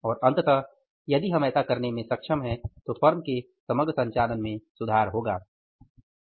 और अंतत यदि हम ऐसा करने में सक्षम हैं तो फर्म के समग्र संचालन में सुधार होता है